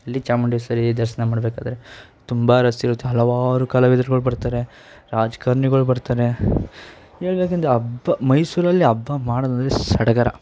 ಅಲ್ಲಿ ಚಾಮುಂಡೇಶ್ವರಿ ದರ್ಶನ ಮಾಡಬೇಕಾದ್ರೆ ತುಂಬ ರಶ್ಶಿರುತ್ತೆ ಹಲವಾರು ಕಲಾವಿದರುಗಳು ಬರ್ತಾರೆ ರಾಜ್ಕಾರ್ಣಿಗಳು ಬರ್ತಾರೆ ಎಲ್ಲಕ್ಕಿಂತ ಹಬ್ಬ ಮೈಸೂರಲ್ಲಿ ಹಬ್ಬ ಮಾಡೋದಂದರೆ ಸಡಗರ